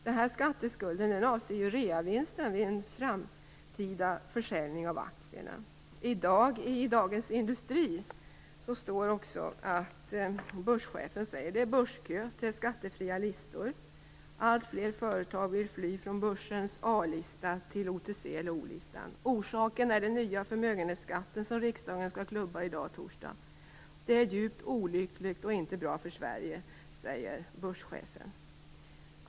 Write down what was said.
Denna skatteskuld avser reavinsten vid en framtida försäljning av aktierna. I Dagens Industri av i dag uttalar sig börschefen. Han säger att det är kö till skattefria listor. Alltfler företag vill fly från börsens A-lista till OTC eller O listan. Orsaken är den nya förmögenhetsskatten som riksdagen skall besluta om i dag, torsdag. Det är djupt olyckligt och inte bra för Sverige, säger börschefen.